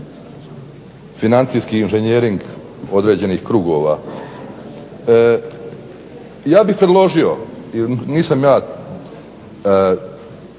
Financijski inženjering određenih krugova. Ja bih predložio jer nisam ja